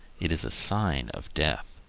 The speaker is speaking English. it is a sign of death.